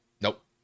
nope